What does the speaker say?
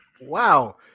Wow